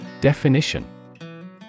Definition